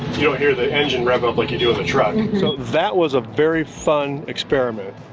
you know hear the engine revving up like you do with the truck. so that was a very fun experiment.